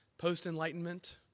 post-enlightenment